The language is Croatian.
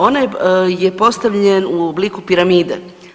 Onaj je postavljen u obliku piramide.